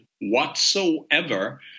whatsoever